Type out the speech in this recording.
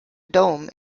dome